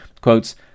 quotes